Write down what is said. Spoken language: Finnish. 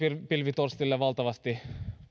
pilvi torstille valtavasti